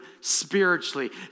spiritually